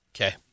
Okay